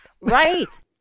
Right